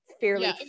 fairly